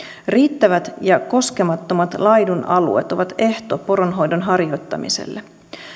riittävät ja koskemattomat laidunalueet ovat ehto poronhoidon harjoittamiselle